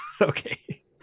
Okay